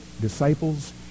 disciples